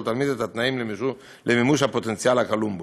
תלמיד את התנאים למימוש הפוטנציאל הגלום בו.